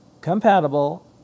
compatible